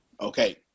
Okay